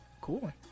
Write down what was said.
cool